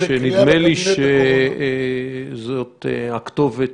-- שנדמה לי שזו הכתובת